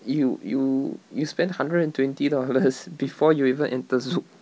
you you you spend hundred and twenty dollars before you even enter zouk